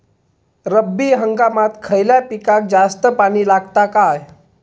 रब्बी हंगामात खयल्या पिकाक जास्त पाणी लागता काय?